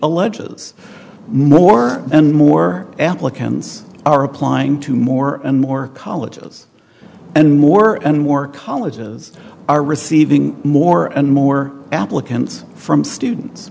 alleges more and more applicants are applying to more and more colleges and more and more colleges are receiving more and more applicants from students